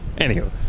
Anywho